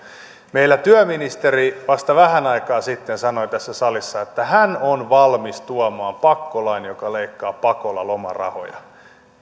meillä työministeri vasta vähän aikaa sitten sanoi tässä salissa että hän on valmis tuomaan pakkolain joka leikkaa pakolla lomarahoja